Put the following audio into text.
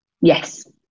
Yes